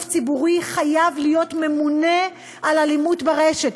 ציבורי חייב להיות ממונה על אלימות ברשת,